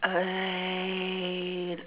err